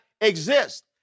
exist